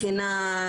בחינה,